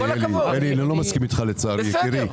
אלי, אני לא מסכים איתך, לצערי, יקירי.